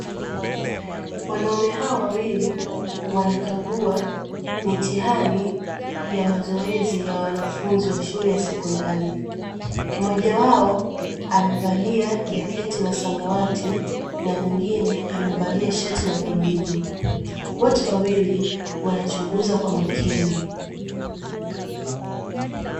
Wanaume hawa wawili, wanakagua mitihani ya mazoezi ya wanafunzi wa shule ya sekondari. Mmoja wao amevalia jaketi la samawati na mwingine amevalia shati la kijivu. Wote wawili wanachunguza kwa makini.